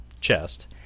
chest